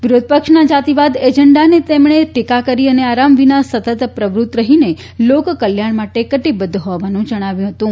વિરોધપક્ષના જાતીવાદ એજન્ડાની તેમણે ટીકા કરી અને આરામ વિના સતત પ્રવૃત્ત રહીને લોકકલ્યાણ માટે કટિબદ્ધ હોવાનું જણાવ્યું હતું